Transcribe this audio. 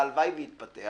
והלוואי ויתפתח